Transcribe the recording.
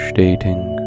dating